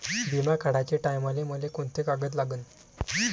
बिमा काढाचे टायमाले मले कोंते कागद लागन?